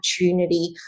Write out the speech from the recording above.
opportunity